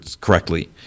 correctly